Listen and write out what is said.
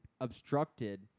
obstructed